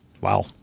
Wow